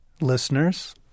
Listeners